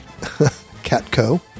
CatCo